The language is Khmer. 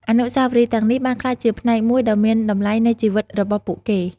អនុស្សាវរីយ៍ទាំងនេះបានក្លាយជាផ្នែកមួយដ៏មានតម្លៃនៃជីវិតរបស់ពួកគេ។